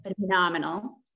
phenomenal